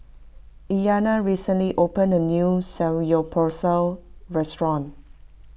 Iyanna recently opened a new Samgeyopsal restaurant